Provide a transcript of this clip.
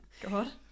God